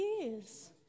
years